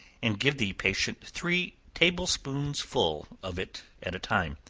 and give the patient three table-spoonsful of it at a time.